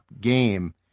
game